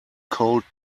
cold